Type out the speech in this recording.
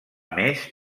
més